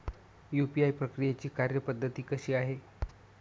UPI प्रक्रियेची कार्यपद्धती कशी आहे?